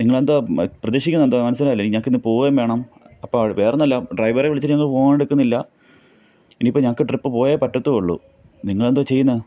നിങ്ങളെന്തുവാ പ്രതീക്ഷിക്കുന്നതെന്തുവാ മനസ്സിലായില്ല ഞങ്ങൾക്ക് ഇന്ന് പോവുകയും വേണം അപ്പം വേറൊന്നും അല്ല ഡ്രൈവറെ വിളിച്ചിട്ടാണെങ്കിൽ ഫോൺ എടുക്കുന്നില്ല ഇനിയിപ്പോൾ ഞങ്ങൾക്ക് ട്രിപ്പ് പോയേ പറ്റത്തുള്ളു നിങ്ങൾ എന്താ ചെയ്യുന്നേ